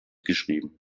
geschrieben